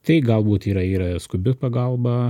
tai galbūt yra yra skubi pagalba